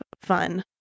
fun